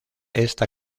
esta